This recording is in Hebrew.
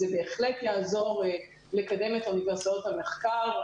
זה בהחלט יעזור לקדם את אוניברסיטאות המחקר.